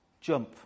jump